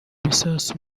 ibisasu